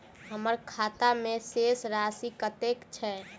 हम्मर खाता मे शेष राशि कतेक छैय?